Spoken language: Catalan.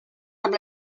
amb